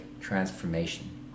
transformation